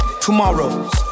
tomorrows